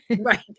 Right